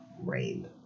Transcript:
Rain